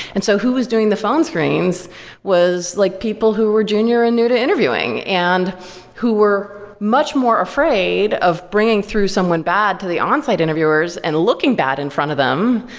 and so who was doing the phone screens was like people who were junior and new to interviewing, and who were much more afraid of bringing through someone bad to the on-site interviewers and looking bad in front of them,